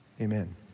Amen